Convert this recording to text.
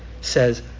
says